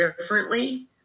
differently